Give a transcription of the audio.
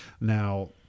Now